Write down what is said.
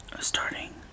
starting